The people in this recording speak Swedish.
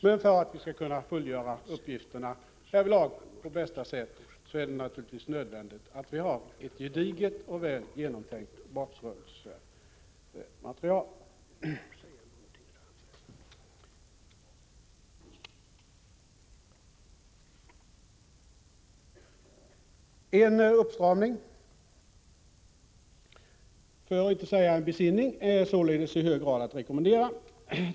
Men för att vi skall kunna fullgöra uppgifterna härvidlag på bästa sätt är det naturligtvis nödvändigt att vi har ett gediget och väl genomtänkt bakgrundsmaterial. En uppstramning, för att inte säga besinning är således i hög grad att rekommendera.